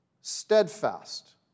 steadfast